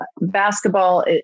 Basketball